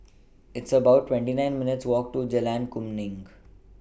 It's about twenty nine minutes' Walk to Jalan Kemuning